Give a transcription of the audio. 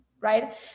right